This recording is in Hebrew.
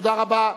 תודה רבה.